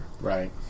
right